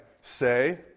say